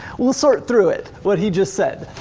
we'll sort through it, what he just said,